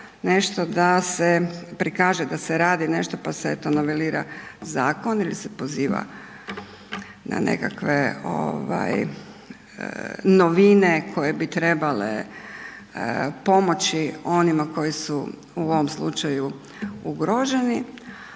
nešto da se prikaže da se radi nešto pa se eto novelira zakon ili se poziva na nekakve ovaj novine koje bi trebale pomoći onima koji su u ovom slučaju ugroženi,